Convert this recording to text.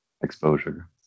exposure